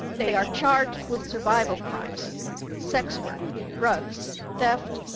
they are charged with survival crimes sex work, drugs, theft,